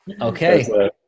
Okay